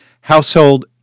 household